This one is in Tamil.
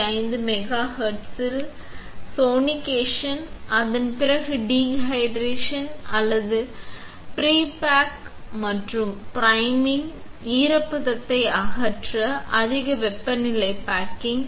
5 மெகாஹெர்ட்ஸில் சோனிகேஷன் அதன் பிறகு டீஹைட்ரேஷன் அல்லது ப்ரீபேக் மற்றும் ப்ரைமிங் ஈரப்பதத்தை அகற்ற அதிக வெப்பநிலை பேக்கிங்